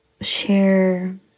share